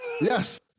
Yes